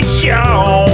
show